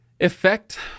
effect